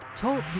Talk